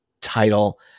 title